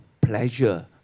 pleasure